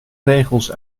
regels